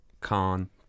khan